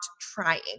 trying